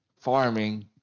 farming